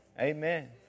Amen